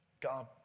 god